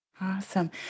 Awesome